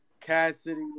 Cassidy